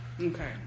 Okay